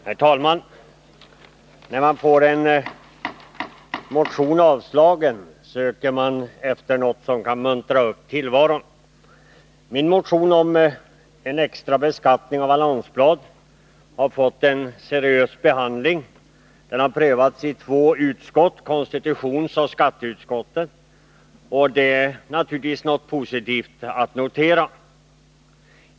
Herr talman! När man får en motion avslagen, söker man efter något som kan muntra upp tillvaron. Min motion om en extra beskattning av annonsblad har fått en seriös behandling — den har prövats i två utskott, konstitutionsutskottet och skatteutskottet. Detta är naturligtvis positivt att notera.